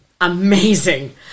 amazing